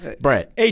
Brett